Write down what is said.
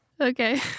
Okay